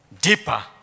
deeper